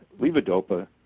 levodopa